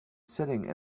sitting